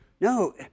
No